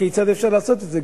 כיצד אפשר לעשות את זה.